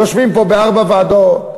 יושבים פה בארבע ועדות,